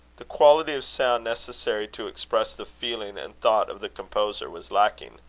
the quality of sound necessary to express the feeling and thought of the composer was lacking